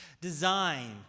Design